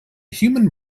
human